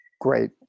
Great